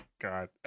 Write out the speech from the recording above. God